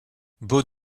beau